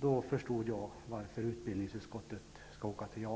Då förstod jag varför utbildningsutskottet skall åka till